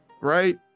right